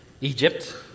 Egypt